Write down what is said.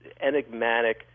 enigmatic